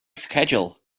schedule